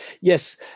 yes